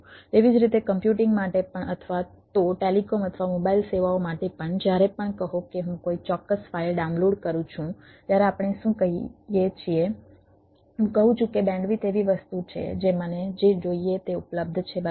તેવી જ રીતે કમ્પ્યુટિંગ માટે પણ અથવા તો ટેલિકોમ અથવા મોબાઇલ સેવાઓ માટે પણ જ્યારે પણ કહો કે હું કોઈ ચોક્કસ ફાઇલ કરું છું ત્યારે આપણે શું કહીએ છીએ હું કહું છું કે બેન્ડવિડ્થ એવી વસ્તુ છે જે મને જે જોઈએ તે ઉપલબ્ધ છે બરાબર